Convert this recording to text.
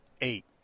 Eight